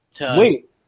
Wait